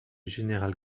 général